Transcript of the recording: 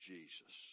Jesus